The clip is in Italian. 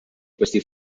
questi